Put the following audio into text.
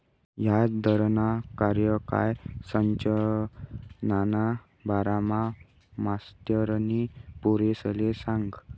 याजदरना कार्यकाय संरचनाना बारामा मास्तरनी पोरेसले सांगं